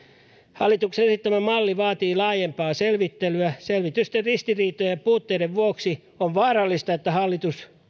hallituksen esittelemä malli vaatii laajempaa selvittelyä selvitysten ristiriitojen ja puutteiden vuoksi on vaarallista että hallitus